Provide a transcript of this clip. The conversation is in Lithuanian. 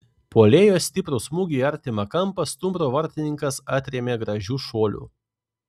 puolėjo stiprų smūgį į artimą kampą stumbro vartininkas atrėmė gražiu šuoliu